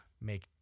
make